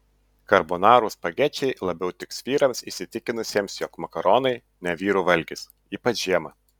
karbonarų spagečiai labiau tiks vyrams įsitikinusiems jog makaronai ne vyrų valgis ypač žiemą